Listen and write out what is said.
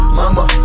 mama